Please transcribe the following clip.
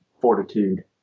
fortitude